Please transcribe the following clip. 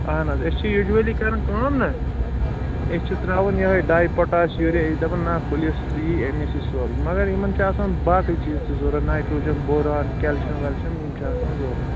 اہن حظ أسۍ چھِ یوٗجؤلی کَران کٲم نہ أسۍ چھِ ترٛاوان یِہوٚے ڈَے پوٚٹاس یوٗریا أسۍ چھِ دَپان نہ کُلِس یی اَمے سۭتۍ سورُے مگر یِمَن چھِ آسان باقٕے چیٖز تہِ ضوٚرَتھ نایِٹروجَن بوران کٮ۪لشِیَم وٮ۪لشِیَم یِم چھِ آسان ضوٚرَتھ حظ